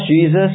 jesus